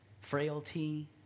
frailty